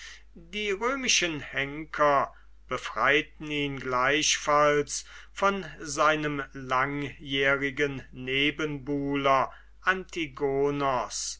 die römischen henker befreiten ihn gleichfalls von seinem langjährigen nebenbuhler